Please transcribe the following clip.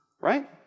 right